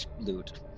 loot